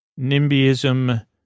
nimbyism